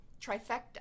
trifecta